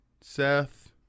Seth